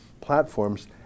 platforms